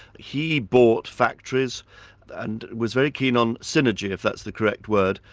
he bought factories and was very keen on synergy, if that's the correct word,